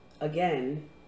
again